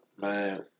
Man